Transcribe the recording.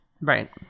Right